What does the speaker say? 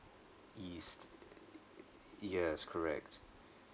east yes correct